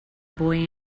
boy